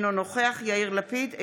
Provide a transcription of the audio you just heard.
אינו נוכח יאיר לפיד,